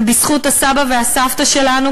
ובזכות הסבא והסבתא שלנו,